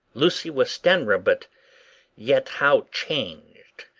lucy westenra, but yet how changed.